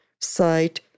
site